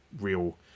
real